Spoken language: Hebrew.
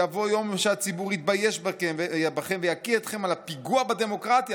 יבוא יום שהציבור יתבייש בכם ויקיא אתכם על הפיגוע בדמוקרטיה